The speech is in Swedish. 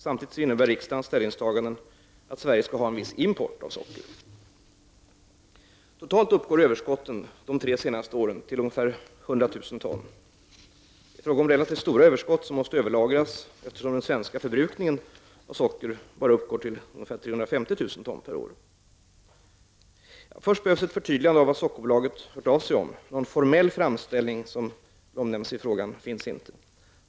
Samtidigt innebär riksdagens ställningstaganden att Sverige skall ha en viss import av socker. Totalt uppgår överskotten de tre senaste åren till ca 100 000 ton. Det är fråga om relativt stora överskott som måste överlagras, eftersom den svenska förbrukningen av socker bara uppgår till ungefär 350 000 ton per år. Först behövs ett förtydligande av vad Sockerbolaget hört av sig om -- någon formell framställning, som omnämns i frågan, finns inte.